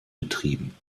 betrieben